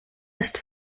ist